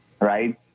right